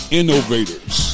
innovators